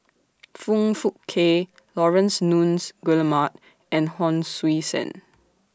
Foong Fook Kay Laurence Nunns Guillemard and Hon Sui Sen